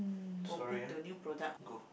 open to new product